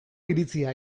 iritzia